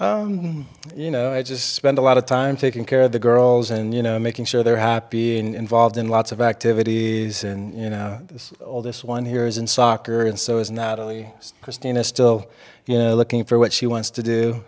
us you know i just spent a lot of time taking care of the girls and you know making sure they're happy an involved in lots of activities and you know all this one here is in soccer and so it's not only christina still you know looking for what she wants to do